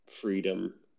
freedom